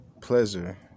pleasure